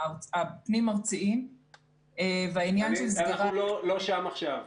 הפנים-ארציים --- אנחנו לא שם עכשיו,